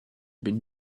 been